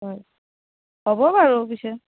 হয় হ'ব বাৰু পিছে